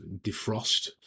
defrost